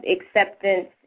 acceptance